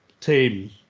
team